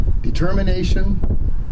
determination